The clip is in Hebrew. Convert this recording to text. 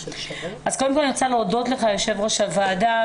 אני רוצה להודות לך יושב ראש הוועדה.